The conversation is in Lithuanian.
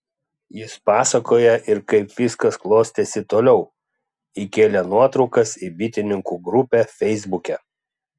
jis pasakoja ir kaip viskas klostėsi toliau įkėlė nuotraukas į bitininkų grupę feisbuke